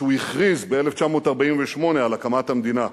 כשהוא הכריז ב-1948 על הקמת המדינה.